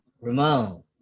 Ramon